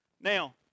Now